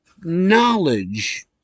knowledge